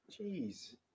Jeez